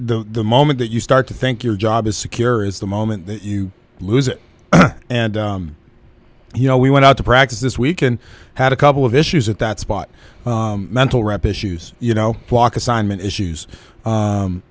and the moment that you start to think your job is secure is the moment that you lose it and you know we went out to practice this week and had a couple of issues at that spot mental rep issues you know block assignment issues